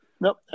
Nope